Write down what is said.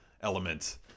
element